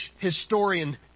historian